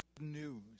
news